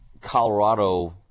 Colorado